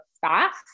fast